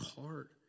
heart